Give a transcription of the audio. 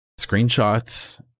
screenshots